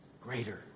greater